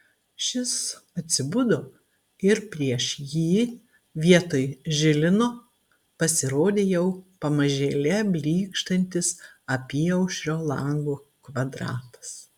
šis atsibudo ir prieš jį vietoj žilino pasirodė jau pamažėle blykštantis apyaušrio lango kvadratas